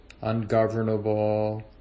ungovernable